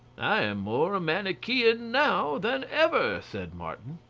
i am more a manichean now than ever, said martin.